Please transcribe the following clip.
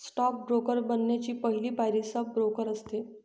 stock broker बनण्याची पहली पायरी सब ब्रोकर असते